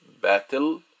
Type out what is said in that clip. battle